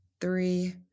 three